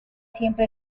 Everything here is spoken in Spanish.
siempre